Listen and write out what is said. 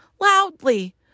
loudly